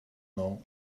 know